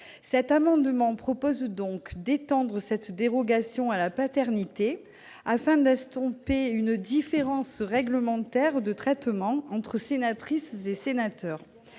amendement vise à étendre le champ de cette dérogation à la paternité, afin d'estomper une différence réglementaire de traitement entre sénatrices et sénateurs.